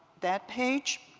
that page